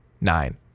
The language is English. nine